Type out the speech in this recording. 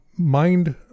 mind